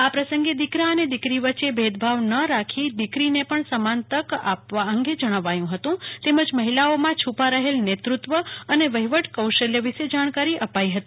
આ પ્રસંગે દિકરા અને દિકરી વચ્ચે ભેદભાવ ન રાખી અને દિકરીને પણ સમાન તક આપવા અંગે જણાવ્યું તેમજ મહિલાઓમાં છૂપા રહેલ નેતૃત્વ અને વહીવટ કૌશલ્ય વિશે જાણકારી અપાઈ હતી